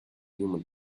human